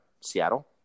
Seattle